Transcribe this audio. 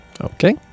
Okay